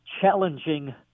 challenging